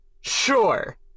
Sure